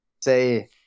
say